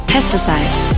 Pesticides